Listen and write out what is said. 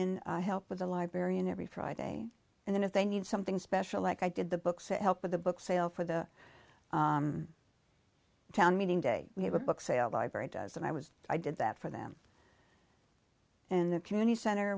help with the librarian every friday and then if they need something special like i did the books to help with the book sale for the town meeting day we have a book sale library does and i was i did that for them in the community center